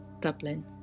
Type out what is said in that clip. Dublin